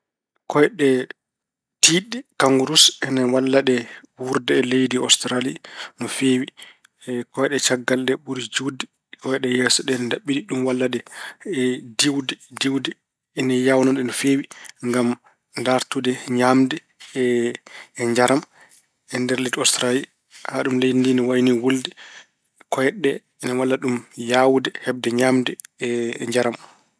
Kooyɗe tiiɗɗe kanngarus ina walla ɗe wuurde e leydi Ostarali no feewi. kooyɗe caggal ɗe ɓuri juutde, kooyɗe yeeso ɗe ina ndaɓɓiɗi, ɗum walla ɗe diwde- diwde. Ina haawnaa ɗe no feewi ngam ndaartude ñaamde e njaram e nder leydi Ostarali. Sana ɗum leydi ndi no wayni wulde, kooyɗe ina walla ɗum yaawde heɓde ñaamde e njaram.